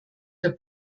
der